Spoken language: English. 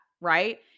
right